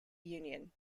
union